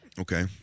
Okay